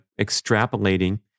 extrapolating